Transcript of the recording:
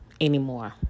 anymore